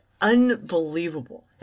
unbelievable